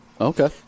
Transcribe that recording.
Okay